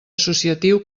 associatiu